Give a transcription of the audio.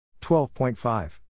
12.5